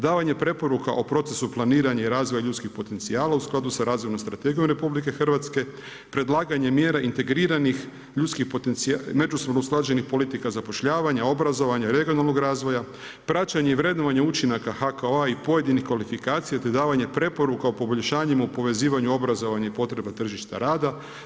Davanje preporuka o procesu planiranja i razvoja ljudskih potencijala u skladu sa razvojnom strategijom RH, predlaganje mjera integriranih ljudskih potencijala, međusobno usklađenih politika zapošljavanja, obrazovanja, regionalnog razvoja, praćenje i vrednovanje učinaka HKO-a i pojedinih kvalifikacija te davanje preporuka o poboljšanjima u povezivanju obrazovanja i potreba tržišta rada.